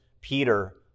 Peter